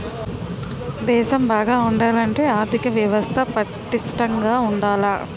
దేశం బాగా ఉండాలంటే ఆర్దిక వ్యవస్థ పటిష్టంగా ఉండాల